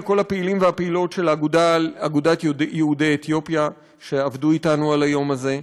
לכל הפעילים והפעילות של אגודת יהודי אתיופיה שעבדו אתנו על היום הזה,